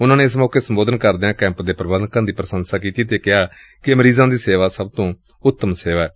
ਉਨੂਾ ਨੇ ਇਸ ਮੌਕੇ ਸੰਬੋਧਨ ਕਰਦਿਆਂ ਕੈਂਪ ਦੇ ਪ੍ਰਬੰਧਕਾਂ ਦੀ ਪ੍ਰਸੰਸਾ ਕੀਤੀ ਅਤੇ ਕਿਹਾ ਕਿ ਮਰੀਜ਼ਾਂ ਦੀ ਸੇਵਾ ਸਭ ਤੋਂ ਵੱਡੀ ਸੇਵਾ ਏ